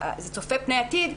זה צופה פני עתיד,